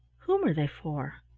whom are they for?